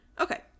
Okay